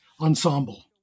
ensemble